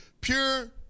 pure